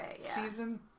season